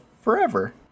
forever